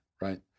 right